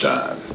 Time